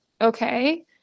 okay